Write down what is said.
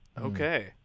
Okay